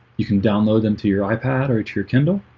you can download them to your ipad or to your kindle